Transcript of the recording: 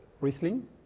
Riesling